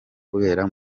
kubera